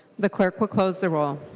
the clerk will close the roll.